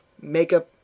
Makeup